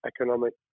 economic